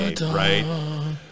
right